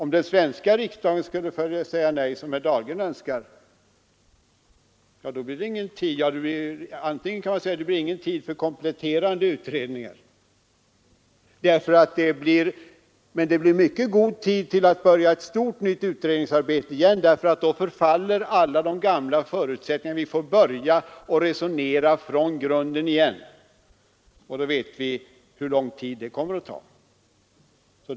Om den svenska riksdagen skulle säga nej, som herr Dahlgren önskar, så blir det ingen tid för kompletterande utredningar. Men vi får mycket god tid att börja ett nytt stort utredningsarbete, ty då förfaller alla de gamla förutsättningarna. Då får vi börja resonera från grunden igen. Och vi vet hur lång tid det skulle komma att ta.